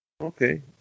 Okay